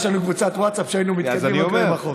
יש לנו קבוצת ווטסאפ שהיינו מתכתבים בה מה כלול בחוק.